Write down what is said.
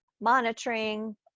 monitoring